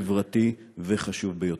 חברתי וחשוב ביותר.